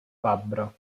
fabbro